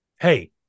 hey